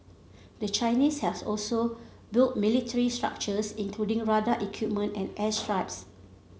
the Chinese has also built military structures including radar equipment and airstrips